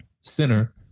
center